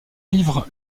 livre